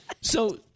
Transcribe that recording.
So-